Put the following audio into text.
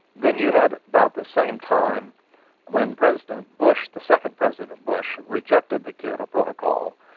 then you had about the same time when president bush, the second president bush, rejected the kyoto protocol.